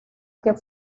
que